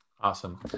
Awesome